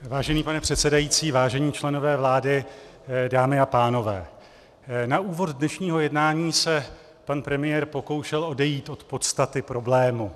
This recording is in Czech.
Vážený pane předsedající, vážení členové vlády, dámy a pánové, na úvod dnešního jednání se pan premiér pokoušel odejít od podstaty problému.